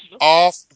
off